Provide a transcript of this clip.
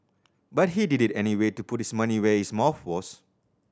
but he did it anyway to put his money where his mouth was